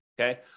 okay